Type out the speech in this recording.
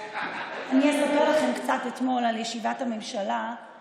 אני אספר לכם קצת על ישיבת הממשלה שהייתה אתמול,